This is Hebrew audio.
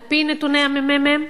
על-פי נתוני הממ"מ,